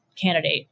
candidate